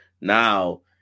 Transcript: Now